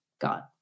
God